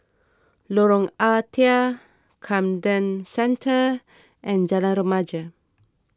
Lorong Ah Thia Camden Centre and Jalan Remaja